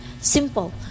simple